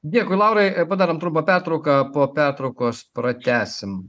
dėkui laurai padarom trumpą pertrauką po pertraukos pratęsim